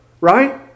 right